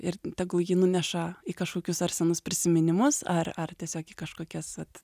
ir tegul ji nuneša į kažkokius ar senus prisiminimus ar ar tiesiog į kažkokias at